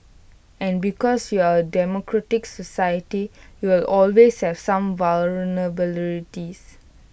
and because you're A democratic society you will always have some vulnerabilities